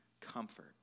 comfort